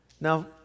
Now